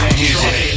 music